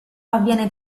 avviene